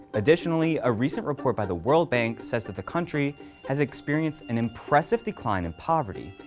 additionally, a recent report by the world bank says that the country has experienced an impressive decline in poverty,